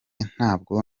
ntabwo